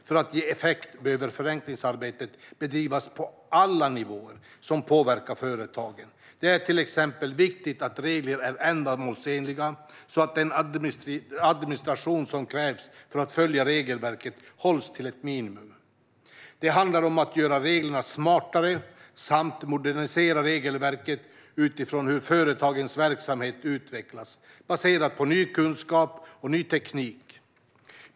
För att ge effekt behöver förenklingsarbetet bedrivas på alla nivåer som påverkar företagen. Det är till exempel viktigt att regler är ändamålsenliga så att den administration som krävs för att följa regelverken hålls till ett minimum. Det handlar om att göra reglerna smartare samt att modernisera regelverk utifrån hur företagens verksamhet utvecklas baserat på ny kunskap och ny teknik.